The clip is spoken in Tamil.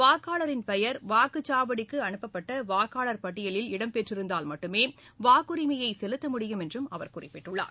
வாக்காளரின் பெயர் வாக்குச்சாவடிக்கு அனுப்பப்பட்ட வாக்காளர் பட்டியலில் இடம்பெற்றிருந்தால் மட்டுமே வாக்குரிமையை செலுத்த முடியும் என்றும் அவர் குறிப்பிட்டுள்ளார்